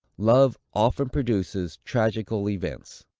love often produces tragical events.